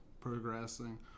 progressing